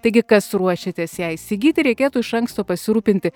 taigi kas ruošiatės ją įsigyti reikėtų iš anksto pasirūpinti